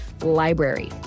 library